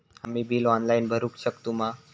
आम्ही bill online भरुक शकतू मा?